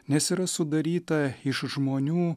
nes yra sudaryta iš žmonių